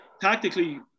Tactically